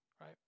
right